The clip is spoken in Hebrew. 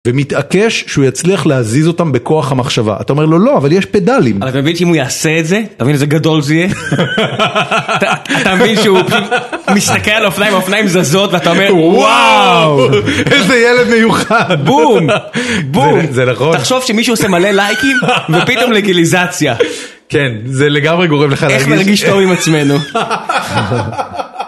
ומתעקש שהוא יצליח להזיז אותם בכוח המחשבה, אתה אומר לו לא אבל יש פדלים. אתה מבין שאם הוא יעשה את זה אתה מבין איזה גדול זה יהיה, אתה מבין שהוא מסתכל על האופניים והאופניים זזות ואתה אומר וואו איזה ילד מיוחד, בום בום, תחשוב שמישהו עושה מלא לייקים ופתאום לגיליזציה כן זה לגמרי גורם לך להרגיש טוב עם עצמנו.